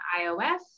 iOS